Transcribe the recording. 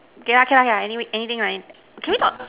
okay lah okay lah anyway anything right can we talk